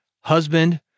husband